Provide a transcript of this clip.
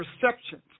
perceptions